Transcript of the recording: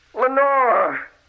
Lenore